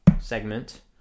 segment